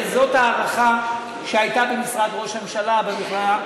זאת ההערכה שהייתה במשרד ראש הממשלה,